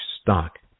stock